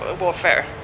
warfare